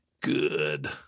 good